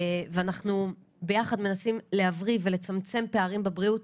אנחנו ביחד מנסים להבריא ולצמצם פערים בבריאות,